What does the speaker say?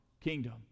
kingdom